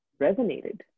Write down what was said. resonated